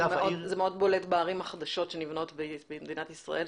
זה מאוד בולט בערים החדשות שנבנות במדינת ישראל,